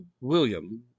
William